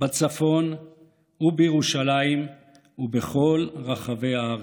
בצפון ובירושלים ובכל רחבי הארץ.